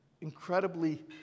incredibly